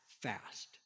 fast